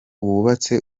wubatse